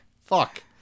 fuck